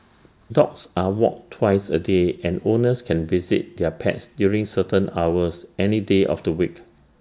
dogs are walked twice A day and owners can visit their pets during certain hours any day of the week